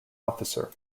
officer